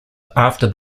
after